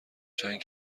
چند